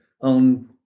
on